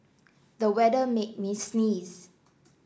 the weather made me sneeze